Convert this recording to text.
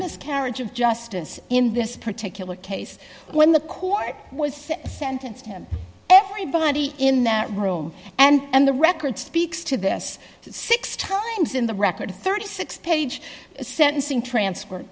miscarriage of justice in this particular case when the court was sentenced him everybody in that room and the record speaks to this six times in the record thirty six dollars page sentencing transfer